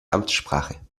amtssprache